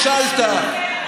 מספיק.